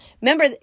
Remember